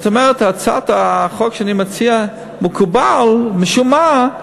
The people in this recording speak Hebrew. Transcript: זאת אומרת, הצעת החוק שאני מציע מקובלת, משום מה,